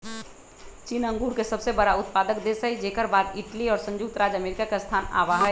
चीन अंगूर के सबसे बड़ा उत्पादक देश हई जेकर बाद इटली और संयुक्त राज्य अमेरिका के स्थान आवा हई